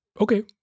Okay